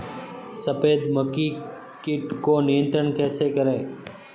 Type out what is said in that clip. सफेद मक्खी कीट को नियंत्रण कैसे करें?